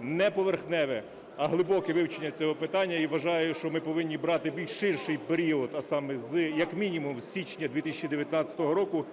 не поверхневе, а глибоке вивчення цього питання, і вважаю, що ми повинні брати більш ширший період, а саме з як мінімум з січня 2019 року